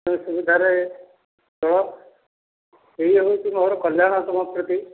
ତୁମେ ସୁବିଧାରେ ରୁହ ଏଇ ହେଉଛି ମୋର କଲ୍ୟାଣ ତୁମ ପ୍ରତି